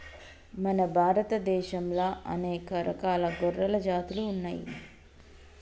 మన భారత దేశంలా అనేక రకాల గొర్రెల జాతులు ఉన్నయ్యి